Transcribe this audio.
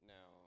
Now